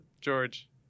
George